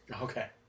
Okay